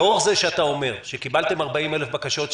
לאור זה שאתה אומר שקיבלתם 40,000 בקשות,